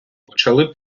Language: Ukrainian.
почали